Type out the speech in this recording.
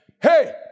Hey